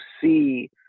see